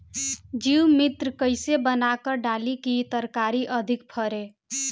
जीवमृत कईसे बनाकर डाली की तरकरी अधिक फरे?